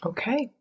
Okay